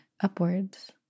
upwards